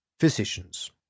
physicians